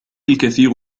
الكثير